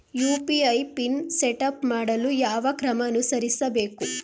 UPI PIN setup ಮಾಡಲು ಯಾವ ಕ್ರಮ ಅನುಸರಿಸಬೇಕು?